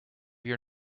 your